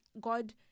God